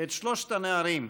את שלושת הנערים,